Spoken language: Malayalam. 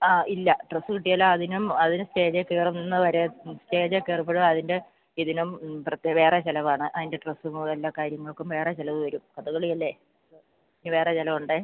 ആ ഇല്ല ഡ്രസ്സ് കിട്ടിയാൽ അതിനും അതിന് സ്റ്റേജിൽ കയറുന്നത് വരെ സ്റ്റേജിൽ കയറുമ്പോഴും അതിന്റെ ഇതിനും വേറെ ചിലവാണ് അതിന്റെ ഡ്രസ്സും ഓ എല്ലാ കാര്യങ്ങള്ക്കും വേറെ ചിലവ് വരും കഥകളിയല്ലേ ഇത് വേറെ ചിലവ് ഉണ്ട്